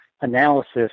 analysis